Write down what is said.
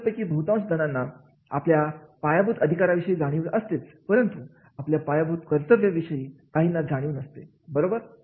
आपल्यापैकी बहुतांश जणांना आपल्या पायाभूत अधिकाराविषयी जाणीव असते परंतु आपल्या पायाभूत कर्तव्य विषयी काहींना जाणीव नसते बरोबर